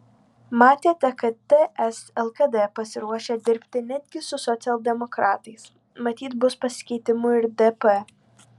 matėte kad ts lkd pasiruošę dirbti netgi su socialdemokratais matyt bus pasikeitimų ir dp